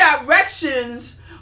directions